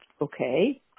Okay